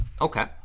Okay